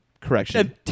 correction